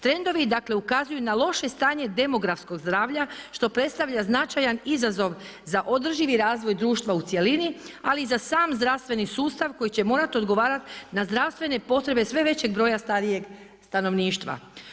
Trendovi dakle ukazuju na loše stanje demografskog zdravlja što predstavlja značajan izazov za održivi razvoj društva u cjelini, ali i za sam zdravstveni sustav koji će morati odgovarati na zdravstvene potrebe sve većeg broja starije stanovništva.